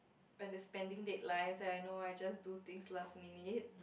when there's pending datelines and I know I just do things last minute